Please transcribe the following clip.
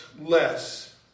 less